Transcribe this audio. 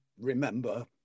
remember